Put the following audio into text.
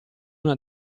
una